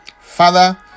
Father